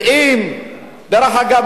דרך אגב,